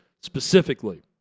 specifically